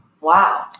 Wow